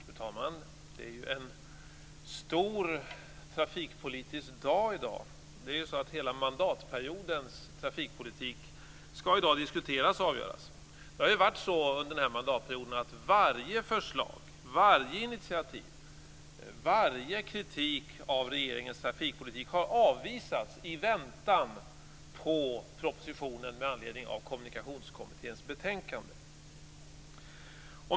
Fru talman! Det är en stor trafikpolitisk dag i dag. Hela mandatperiodens trafikpolitik skall i dag diskuteras och avgöras. Det har varit så under den här mandatperioden att varje förslag, varje initiativ, varje kritik av regeringens trafikpolitik har avvisats i väntan på propositionen med anledning av Kommunikationskommitténs betänkande.